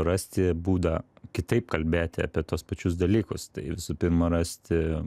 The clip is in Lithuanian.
rasti būdą kitaip kalbėti apie tuos pačius dalykus tai visų pirma rasti